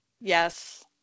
Yes